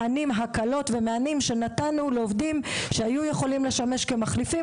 נתנו הקלות ומענים לעובדים שהיו יכולים לשמש כמחליפים,